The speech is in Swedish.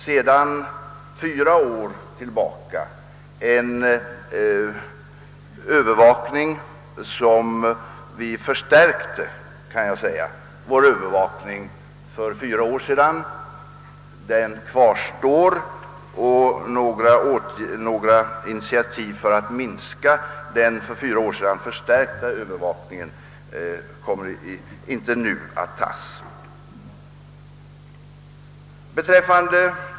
För fyra år sedan förstärkte vi för övrigt övervakningen, och några initiativ för att minska den kommer inte att tagas.